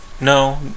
No